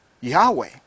Yahweh